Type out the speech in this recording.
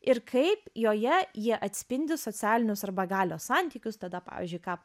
ir kaip joje jie atspindi socialinius arba galios santykius tada pavyzdžiui ką